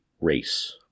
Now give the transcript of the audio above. race